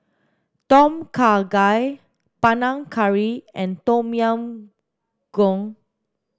Tom Kha Gai Panang Curry and Tom Yam Goong